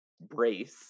brace